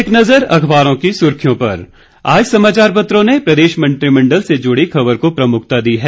एक नज़र अखबारों की सुर्खियों पर आज समाचार पत्रों ने प्रदेश मंत्रिमंडल से जुड़ी खबर को प्रमुखता दी है